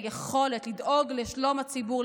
היכולת לדאוג לשלום הציבור,